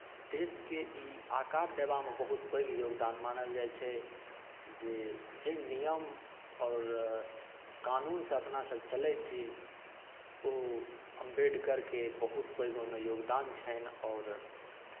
देशकेँ ई आकार देबामे बहुत पैघ योगदान मानल जाइत छै जे जे नियम आओर कानूनसँ अपनासभ चलैत छी ओ अम्बेदकरके बहुत पैघ ओहिमे योगदान छनि आओर